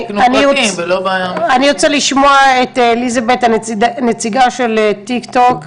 אני רוצה לשמוע את אליזבט, הנציגה של טיקטוק,